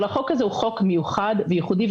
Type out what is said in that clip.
אבל החוק הזה הוא חוק מיוחד וייחודי,